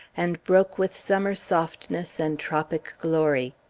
and broke with summer softness and tropic glory.